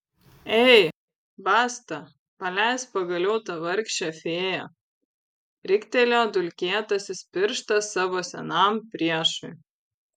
ei basta paleisk pagaliau tą vargšę fėją riktelėjo dulkėtasis pirštas savo senam priešui